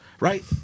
Right